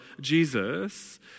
Jesus